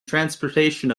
transportation